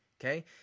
okay